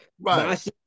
Right